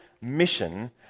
mission